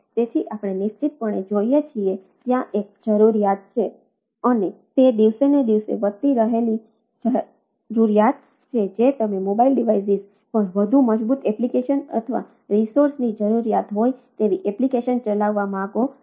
તેથી આપણે નિશ્ચિતપણે જોઈએ છીએ કે ત્યાં એક જરૂરિયાત છે અને તે દિવસેને દિવસે વધતી જઇ રહેલી જરૂરિયાત છે જે તમે મોબાઇલ ડિવાઈસ પર વધુ મજબૂત એપ્લિકેશન અથવા રિસોર્સની જરૂરીયાત હોય તેવી એપ્લિકેશન ચલાવવા માંગો છો